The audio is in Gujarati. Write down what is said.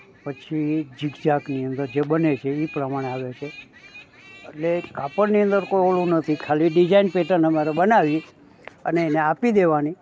પછી ઝીગઝાકની અંદર જે બને છે એ પ્રમાણે આવે છે અટલે કાપડની અંદર કોઈ ઓલું નથી ખાલી ડિઝાઇન પેટન અમારે બનાવી અને એને આપી દેવાની